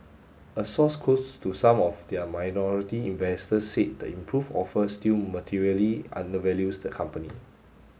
a source close to some of their minority investors said the improved offer still materially undervalues the company